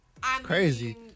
crazy